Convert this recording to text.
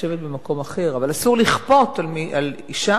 לשבת במקום אחר, אבל אסור לכפות על אשה